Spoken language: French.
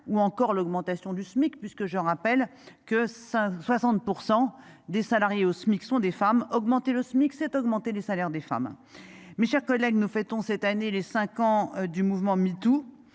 ou encore l'augmentation du SMIC, puisque je rappelle que 160% des salariés au SMIC sont des femmes. Augmenter le SMIC, c'est augmenter les salaires des femmes. Mes chers collègues, nous fêtons cette année les 5 ans du mouvement MeToo,